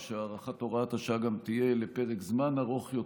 ושהארכת הוראת השעה גם תהיה לפרק זמן ארוך יותר.